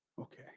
Okay